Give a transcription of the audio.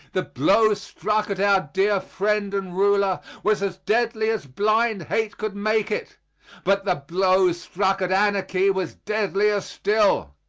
the blow struck at our dear friend and ruler was as deadly as blind hate could make it but the blow struck at anarchy was deadlier still.